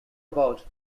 about